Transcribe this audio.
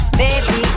baby